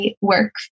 work